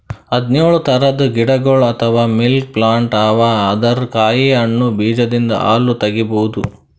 ಹದ್ದ್ನೊಳ್ ಥರದ್ ಗಿಡಗೊಳ್ ಅಥವಾ ಮಿಲ್ಕ್ ಪ್ಲಾಂಟ್ ಅವಾ ಅದರ್ ಕಾಯಿ ಹಣ್ಣ್ ಬೀಜದಿಂದ್ ಹಾಲ್ ತಗಿಬಹುದ್